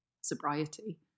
sobriety